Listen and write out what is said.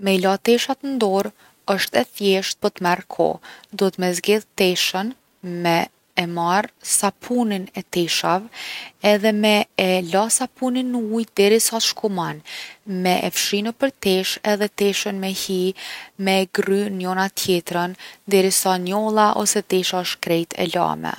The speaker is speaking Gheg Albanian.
Me i la teshat n’dorë osht e thjeshtë po t’merr kohë. Duhet me e zgedh teshën me e marr sapunin e teshave edhe me e la sapunin n’ujë derisa t’shkumon. Me e fshi nëpër teshë edhe teshën me hi me e grry njona n’tjetrën derisa njolla ose tesha osht krejt e lame.